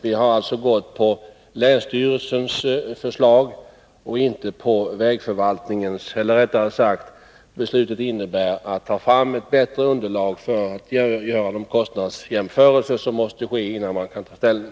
Vi har alltså gått på länsstyrelsens förslag och inte på vägförvaltningens. Eller rättare sagt: Beslutet innebär att man skall ta fram ett bättre underlag för att de kostnadsjämförelser skall kunna göras som måste ske innan man kan ta ställning.